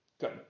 Good